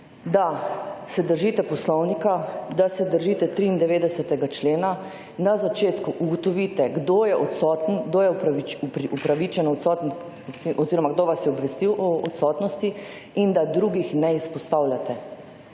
da se držite Poslovnika, da se držite 93. člena. Na začetku ugotovite, kdo je odsoten, kdo je upravičeno odsoten oziroma kdo vas je obvestil o odsotnosti in da drugih ne izpostavljate.